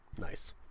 Nice